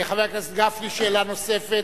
חבר הכנסת גפני, שאלה נוספת.